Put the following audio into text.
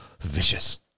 Vicious